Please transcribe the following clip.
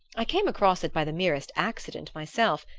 i came across it by the merest accident myself,